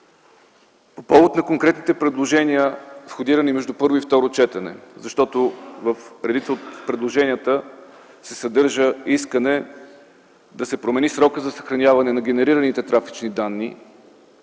По повод на конкретните предложения входирани между първо и второ четене, защото в предложенията се съдържа искане да се промени срока за съхраняване на генерираните трафични данни,